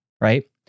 right